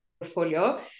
portfolio